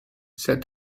said